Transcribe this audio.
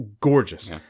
gorgeous